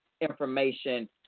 information